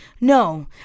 No